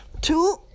two